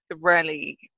rarely